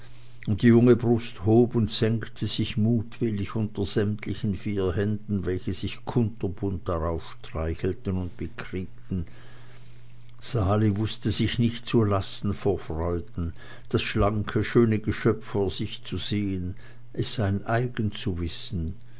und die junge brust hob und senkte sich mutwillig unter sämtlichen vier händen welche sich kunterbunt darauf streichelten und bekriegten sali wußte sich nicht zu lassen vor freuden das schlanke schöne geschöpf vor sich zu sehen es sein eigen zu wissen